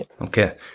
okay